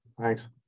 thanks